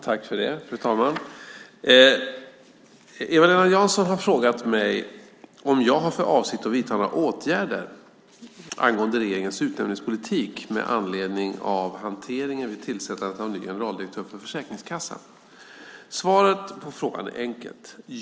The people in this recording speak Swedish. Fru talman! Eva-Lena Jansson har frågat mig om jag har för avsikt att vidta några åtgärder angående regeringens utnämningspolitik med anledning av hanteringen vid tillsättandet av en ny generaldirektör för Försäkringskassan. Svaret på frågan är enkelt.